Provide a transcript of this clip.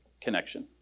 connection